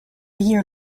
year